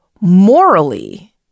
morally